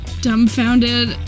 dumbfounded